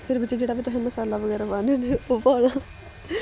फिर बिच्च जेह्ड़ा बी तुसें मसाला बगैरा पान्ने होन्ने ओह् पाना